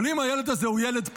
אבל אם הילד הזה הוא ילד פנימייה,